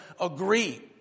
agree